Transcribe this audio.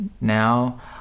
Now